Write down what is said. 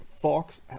Fox